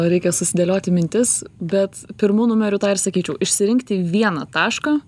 reikia susidėlioti mintis bet pirmu numeriu tą ir sakyčiau išsirinkti vieną tašką